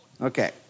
Okay